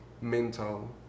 mental